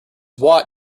watt